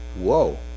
whoa